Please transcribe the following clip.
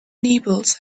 nibbles